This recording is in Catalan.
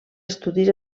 estudis